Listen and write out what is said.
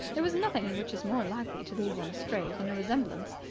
there is nothing which is more likely to lead one astray than a resemblance.